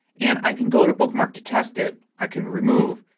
and i can go to bookmark to test it. i can remove.